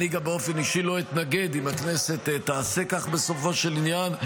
אני גם באופן אישי לא אתנגד אם הכנסת תעשה כך בסופו של עניין.